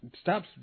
Stop